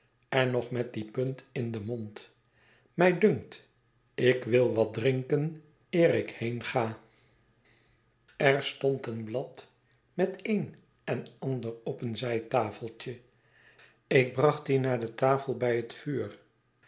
en nog met die punt in den mond mij dunkt ik wil wat drinken eer ik heenga er stond een blad met het een en ander op mijn bezoeker noemt mij zijn lievb jongen een zijtafeltje ik bracht dit naar de tafel bij het vuur